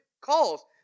calls